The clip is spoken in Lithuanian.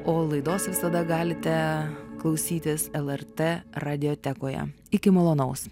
o laidos visada galite klausytis lrt radiotekoje iki malonaus